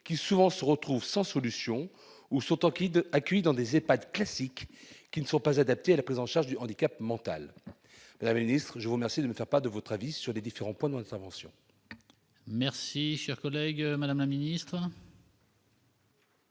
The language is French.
retrouvent souvent sans solution ou sont accueillies dans des EHPAD « classiques » qui ne sont pas adaptés à la prise en charge du handicap mental. Madame la ministre, je vous remercie de me faire part de votre avis sur les différents points de mon intervention. La parole est à Mme la ministre.